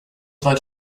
weit